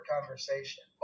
conversation